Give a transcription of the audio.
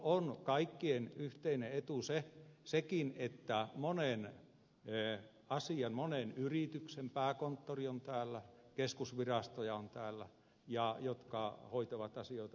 on kaikkien yhteinen etu sekin että monen yrityksen pääkonttori on täällä keskusvirastoja on täällä jotka hoitavat asioita